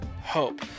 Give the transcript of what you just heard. Hope